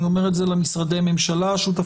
אני אומר את זה למשרדי הממשלה השותפים,